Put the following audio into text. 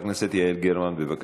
את האפליה בצורה אוטומטית.